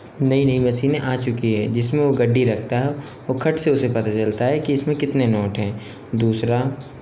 नई नई मशीनें आ चुकी हैं जिस में वो गड्डी रखता है वो खट से उसे पता चलता है कि इस में कितने नोट हैं दूसरा